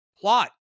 plot